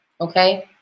okay